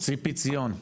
ציפי ציון.